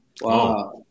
Wow